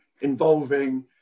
involving